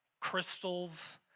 crystals